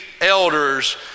elders